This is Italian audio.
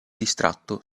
distratto